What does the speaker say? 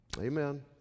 Amen